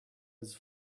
his